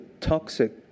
toxic